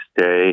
stay